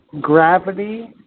gravity